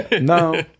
No